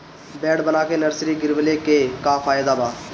Bed बना के nursery गिरवले के का फायदा बा?